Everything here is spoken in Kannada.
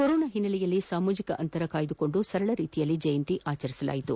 ಕೊರೊನಾ ಹಿನ್ನೆಲೆಯಲ್ಲಿ ಸಾಮಾಜಿಕ ಅಂತರ ಕಾಪಾಡಿಕೊಂಡು ಸರಳ ರೀತಿಯಲ್ಲಿ ಜಯಂತಿ ಆಚರಿಸಲಾಯಿತು